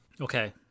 okay